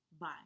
bye